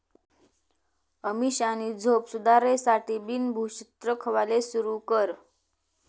अमीषानी झोप सुधारासाठे बिन भुक्षत्र खावाले सुरू कर